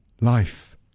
Life